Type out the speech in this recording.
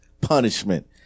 punishment